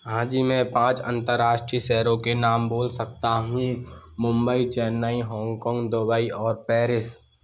हाँ जी मैं पाँच अंतरराष्ट्रीय शहरों के नाम बोल सकता हूँ Mumbai Chennai Hong Kong Dubai और पेरिस